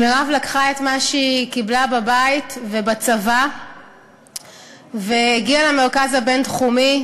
מירב לקחה את מה שהיא קיבלה בבית ובצבא והגיעה למרכז הבין-תחומי.